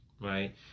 Right